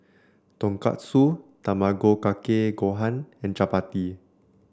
Tonkatsu Tamago Kake Gohan and Chapati